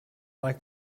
like